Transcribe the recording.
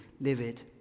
livid